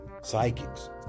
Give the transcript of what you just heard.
psychics